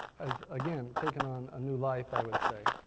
has, again, taken on a new life i would say.